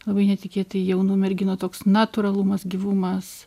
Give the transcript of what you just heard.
labai netikėtai jaunų merginų toks natūralumas gyvumas